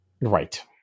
Right